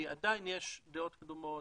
כי עדיין יש דעות קדומות,